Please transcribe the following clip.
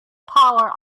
power